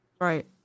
Right